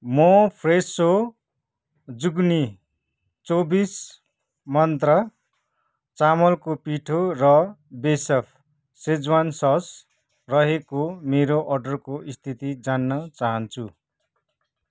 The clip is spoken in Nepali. म फ्रेसो जुग्नी चौबिस मन्त्र चामलको पिठो र बिसेफ सेज्वान सस रहेको मेरो अर्डरको स्थिति जान्न चाहन्छु